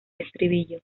estribillo